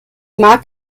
mag